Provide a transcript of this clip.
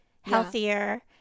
healthier